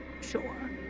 sure